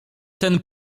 ten